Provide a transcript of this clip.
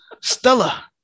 Stella